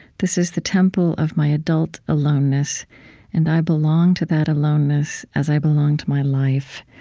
this is the temple of my adult aloneness and i belong to that aloneness as i belong to my life.